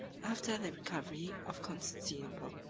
after the recovery of constantinople,